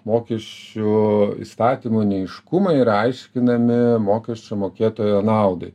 mokesčių įstatymo neaiškumai yra aiškinami mokesčių mokėtojo naudai